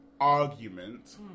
argument